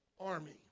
Army